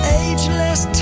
ageless